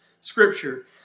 Scripture